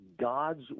God's